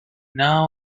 now